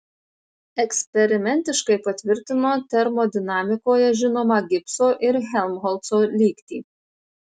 eksperimentiškai patvirtino termodinamikoje žinomą gibso ir helmholco lygtį